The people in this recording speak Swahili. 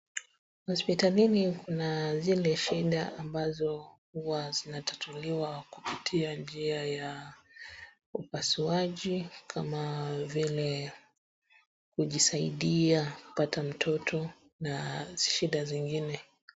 Hospitalini kuna zile shida ambazo huwa zinatatuliwa kupitia njia ya upasuaji, kama vile kujisaidia kupata mtoto na shida zingine.